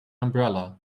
umbrella